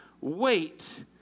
Wait